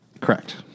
Correct